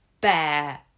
bear